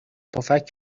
پفک